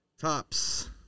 Tops